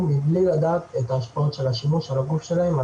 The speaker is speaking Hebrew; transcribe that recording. מבלי לדעת את ההשפעות של השימוש על הגוף שלהם.